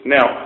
Now